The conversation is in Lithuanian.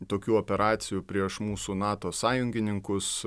tokių operacijų prieš mūsų nato sąjungininkus